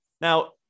Now